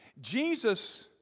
Jesus